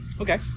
Okay